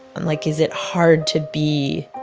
and like, is it hard to be